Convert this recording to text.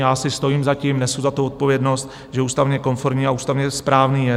Já si stojím za tím, nesu za to odpovědnost, že ústavně konformní a ústavně správný je.